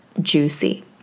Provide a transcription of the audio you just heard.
juicy